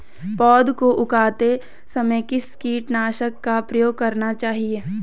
पौध को उगाते समय किस कीटनाशक का प्रयोग करना चाहिये?